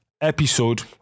episode